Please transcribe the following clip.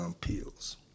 peels